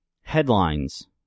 headlines